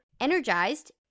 Energized